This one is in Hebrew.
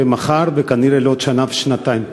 למחר וכנראה לעוד שנה ושנתיים.